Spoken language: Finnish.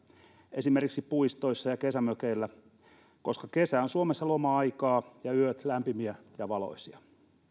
esimerkiksi puistoissa ja kesämökeillä koska kesä on suomessa loma aikaa ja yöt lämpimiä ja valoisia